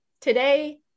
today